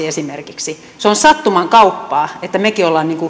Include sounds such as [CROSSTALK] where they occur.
[UNINTELLIGIBLE] esimerkiksi kiintiöpakolaisiksi se on sattuman kauppaa että mekin olemme